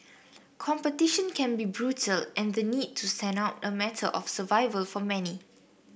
competition can be brutal and the need to stand out a matter of survival for many